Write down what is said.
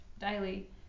daily